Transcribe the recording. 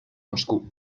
moscú